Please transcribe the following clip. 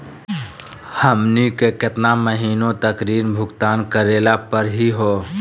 हमनी के केतना महीनों तक ऋण भुगतान करेला परही हो?